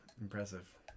Impressive